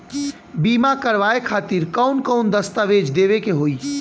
बीमा करवाए खातिर कौन कौन दस्तावेज़ देवे के होई?